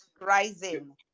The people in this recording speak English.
Rising